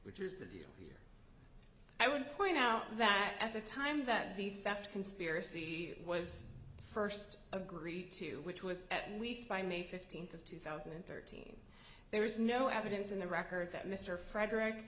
which is the deal i would point out that at the time that the theft conspiracy was first agreed to which was at least by may fifteenth of two thousand and thirteen there was no evidence in the record that mr frederick